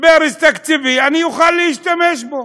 ברז תקציבי, ואני אוכל להשתמש בו.